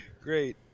Great